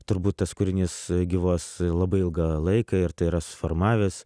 turbūt tas kūrinys gyvuos labai ilga laiką ir tai yra susiformavęs